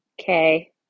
Okay